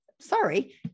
Sorry